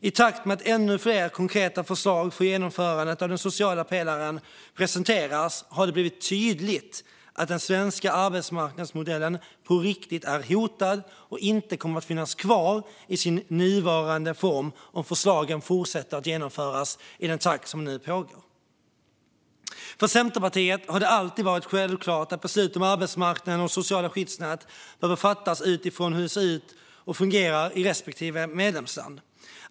I takt med att ännu fler konkreta förslag för genomförandet av den sociala pelaren presenteras har det blivit tydligt att den svenska arbetsmarknadsmodellen på riktigt är hotad och inte kommer att finnas kvar i sin nuvarande form om förslagen fortsätter att genomföras i den takt det nu sker. För Centerpartiet har det alltid varit självklart att beslut om arbetsmarknaden och sociala skyddsnät behöver fattas utifrån hur det ser ut och fungerar i respektive medlemsland.